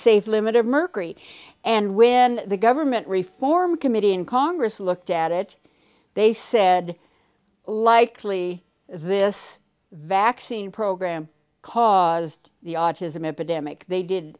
safe limit of mercury and when the government reform committee in congress looked at it they said likely this vaccine program caused the autism epidemic they did